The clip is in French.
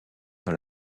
dans